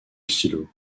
stylo